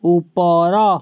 ଉପର